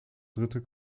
dritte